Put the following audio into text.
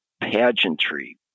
pageantry